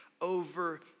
over